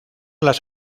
las